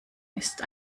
ist